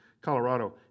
Colorado